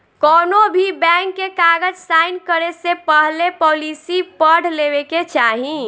कौनोभी बैंक के कागज़ साइन करे से पहले पॉलिसी पढ़ लेवे के चाही